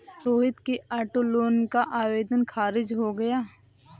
रोहित के auto loan का आवेदन खारिज हो गया